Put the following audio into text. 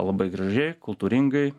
labai gražiai kultūringai